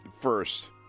first